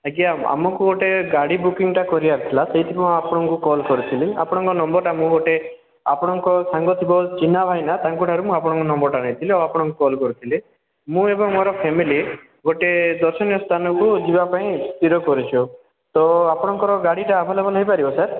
ଆଜ୍ଞା ଆମକୁ ଗୋଟେ ଗାଡ଼ି ବୁକିଂ ଟା କରିବାର ଥିଲା ସେଇଥିପାଇଁ ଆପଣଙ୍କୁ କଲ୍ କରିଥିଲି ଆପଣଙ୍କ ନମ୍ବର୍ଟା ମୁଁ ଗୋଟେ ଆପଣଙ୍କ ସାଙ୍ଗ ଶୁଭ ଚିହ୍ନା ଭାଇନା ତାଙ୍କଠାରୁ ମୁଁ ଆପଣଙ୍କ ନମ୍ବର୍ଟା ନେଇଥିଲି ଆଉ ଆପଣଙ୍କୁ କଲ୍ କରିଥିଲି ମୁଁ ଏବଂ ମୋର ଫ୍ୟାମେଲି ଗୋଟେ ଦର୍ଶନୀୟ ସ୍ଥାନକୁ ଯିବାପାଇଁ ସ୍ଥିର କରିଛୁ ତ ଆପଣଙ୍କର ଗାଡ଼ିଟା ଆଭେଲେବଲ୍ ହେଇପାରିବ ସାର୍